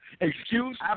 Excuse